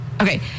Okay